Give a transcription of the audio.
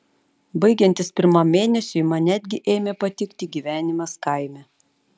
baigiantis pirmam mėnesiui man netgi ėmė patikti gyvenimas kaime